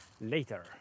later